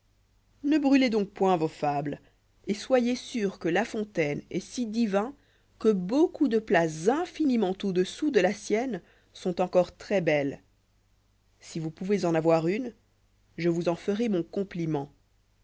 ne brûlez donc point vos fables et soyez sûr que la fontaine est si divin que beaucoup de places infiniment audessous de la sienne sont encore très belles si vous pouvez en avoir une je vous en ferai mon compliment